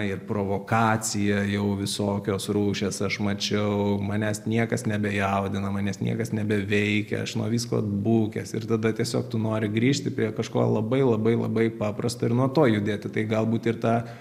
ir provokaciją jau visokios rūšies aš mačiau manęs niekas nebejaudina manęs niekas nebeveikia aš nuo visko atbukęs ir tada tiesiog tu nori grįžti prie kažko labai labai labai paprasto ir nuo to judėti tai galbūt ir tą